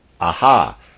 Aha